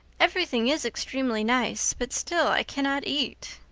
everything is extremely nice, but still i cannot eat.